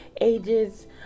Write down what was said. ages